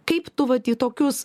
kaip tu vat į tokius